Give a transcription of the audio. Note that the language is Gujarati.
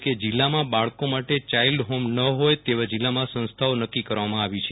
કે જે જીલ્લમાં બાળકો માટે ચાઈલ્ડ હોમ ન હોય તેવા જીલ્લમાં સંસ્થો નક્કી કરવામાં આવી છે